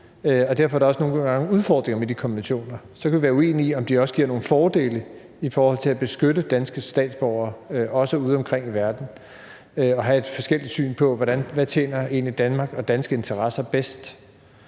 derfor er der også nogle gange udfordringer med de konventioner. Så kan vi være uenige om, om de også giver nogle fordele i forhold til at beskytte danske statsborgere, også udeomkring i verden, og have et forskelligt syn på, hvad der egentlig tjener Danmark og danske interesser bedst.